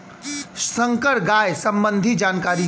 संकर गाय संबंधी जानकारी दी?